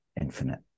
infinite